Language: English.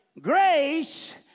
Grace